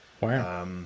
wow